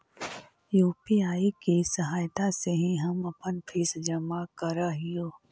UPI की सहायता से ही हम अपन फीस जमा करअ हियो